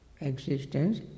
existence